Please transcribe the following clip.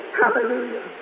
Hallelujah